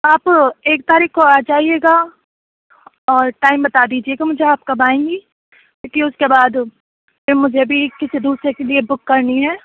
آپ ایک تاریخ کو آ جائیے گا اور ٹائم بتا دیجیے گا مجھے آپ کب آئیں گی کیونکہ اُس کے بعد پھر مجھے بھی کسی دوسرے کے لیے بک کرنی ہے